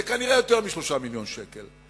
זה כנראה יותר מ-3 מיליוני שקלים.